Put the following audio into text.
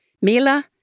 Mila